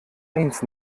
eins